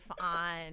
on –